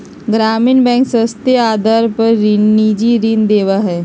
ग्रामीण बैंक सस्ते आदर पर निजी ऋण देवा हई